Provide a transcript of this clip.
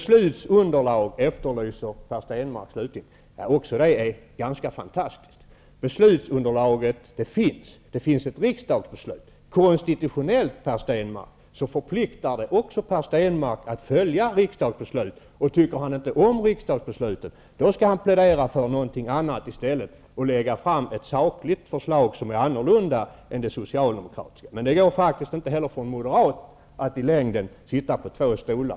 Slutligen efterlyser Per Stenmarck ett beslutsundelag. Också det är ganska fantastiskt. Det finns ett beslutsunderlag, nämligen ett riksdagsbeslut. Från konstitutionell synpunkt är Om han inte tycker om riksdagsbeslutet, får han plädera för någonting annat i stället och lägga fram ett sakligt förslag som är annorlunda än det socialdemokratiska. Det går inte ens för en moderat att i längden samtidigt sitta på två stolar.